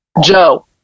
Joe